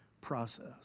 process